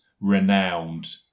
renowned